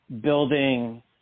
building